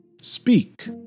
speak